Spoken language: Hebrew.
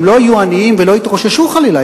הם לא יהיו עניים ולא יתרוששו חלילה,